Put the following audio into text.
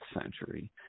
century